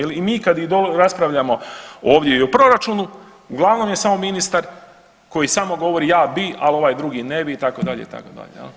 I mi kada i raspravljamo ovdje i o proračunu uglavnom je samo ministar koji samo govori ja bi ali ovaj drugi ne bi itd., itd.